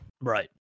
Right